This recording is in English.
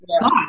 God